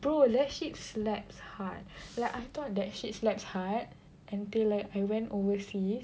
bro that shit slaps hard like I thought that shit slaps hard until like I went overseas